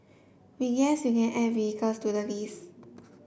we guess you can add vehicles to the list